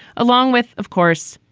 along with, of course,